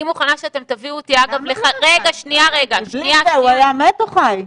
אני מוכנה שאתם תביאו אותי --- הוא היה מת או חי?